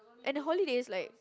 and holidays like